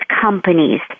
companies